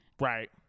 Right